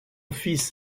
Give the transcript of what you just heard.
fils